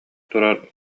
турар